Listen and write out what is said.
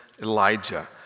Elijah